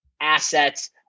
assets